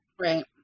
right